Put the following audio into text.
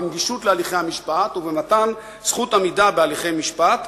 בנגישות להליכי המשפט ובמתן זכות עמידה בהליכי משפט,